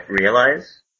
realize